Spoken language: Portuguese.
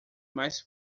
mais